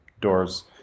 doors